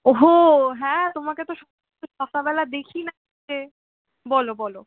ওহো হ্যাঁ তোমাকে তো সকালবেলা দেখি না যে বলো বলো